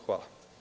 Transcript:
Hvala.